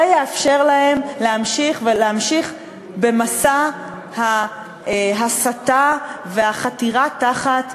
זה יאפשר להם להמשיך ולהמשיך במסע ההסתה והחתירה תחת בג"ץ,